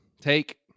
Take